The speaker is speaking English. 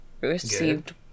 received